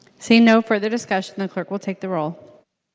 seeing no further discussion the clerk will take the roll.